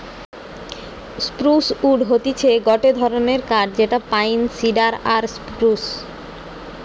spruce wood হতিছে গটে ধরণের কাঠ যেটা পাইন, সিডার আর স্প্রুস